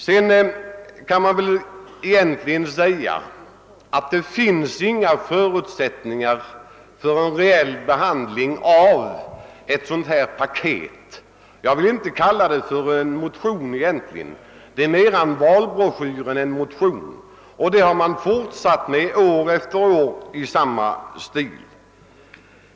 Det finns egentligen inga förutsättningar för en reell behandling av ett sådant här paket. Jag vill inte kalla det en motion; det är mera en valbroschyr. Och i samma stil har man fortsatt år efter år.